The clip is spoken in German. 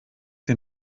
den